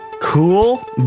Cool